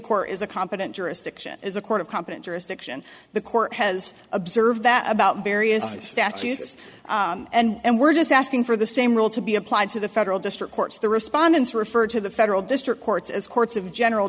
core is a competent jurisdiction is a court of competent jurisdiction the court has observed that about various statutes and we're just asking for the same rule to be applied to the federal district courts the respondents refer to the federal district courts as courts of general